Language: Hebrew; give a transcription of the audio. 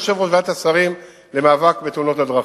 יושב בוועדת השרים למאבק בתאונות הדרכים,